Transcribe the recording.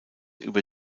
über